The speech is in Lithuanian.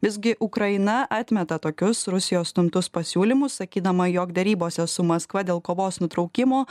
visgi ukraina atmeta tokius rusijos stumtus pasiūlymus sakydama jog derybose su maskva dėl kovos nutraukimo